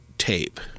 tape